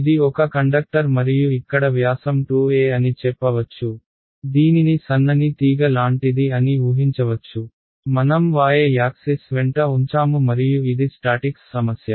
ఇది ఒక కండక్టర్ మరియు ఇక్కడ వ్యాసం 2a అని చెప్పవచ్చుదీనిని సన్నని తీగ లాంటిది అని ఊహించవచ్చు మనం y యాక్సిస్ వెంట ఉంచాము మరియు ఇది స్టాటిక్స్ సమస్య